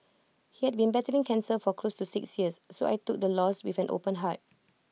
he had been battling cancer for close to six years so I took the loss with an open heart